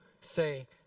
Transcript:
say